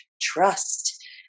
trust